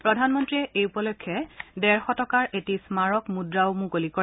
প্ৰধানমন্ত্ৰীয়ে এই উপলক্ষে ডেৰশ টকাৰ এটি স্মাৰক মুদ্ৰাও মুকলি কৰে